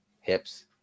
hips